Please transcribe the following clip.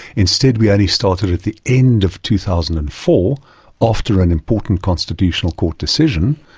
instead we only started at the end of two thousand and four after an important constitutional court decision.